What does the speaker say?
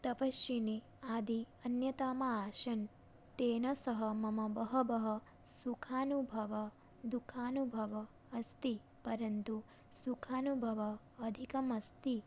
तपस्विनी आदि अन्यतमाः आसन् तेन सह मम बहवः सुखानुभवः दुःखानुभवः अस्ति परन्तु सुखानुभवः अधिकः अस्ति